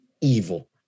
evil